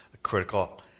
critical